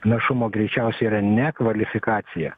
našumo greičiausiai yra ne kvalifikacija